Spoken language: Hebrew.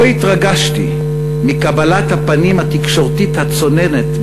לא התרגשתי מקבלת הפנים התקשורתית הצוננת,